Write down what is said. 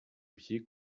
pied